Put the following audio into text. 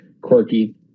quirky